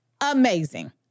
Amazing